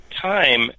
time